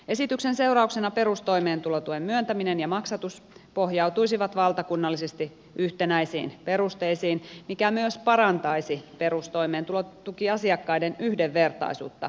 esityksen seurauksena perustoimeentulotuen myöntäminen ja maksatus pohjautuisivat valtakunnallisesti yhtenäisiin perusteisiin mikä myös parantaisi perustoimeentulotukiasiakkaiden yhdenvertaisuutta maassamme